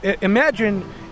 imagine